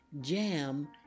Jam